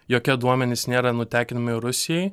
jokie duomenys nėra nutekinami rusijai